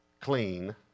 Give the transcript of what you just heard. clean